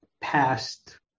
past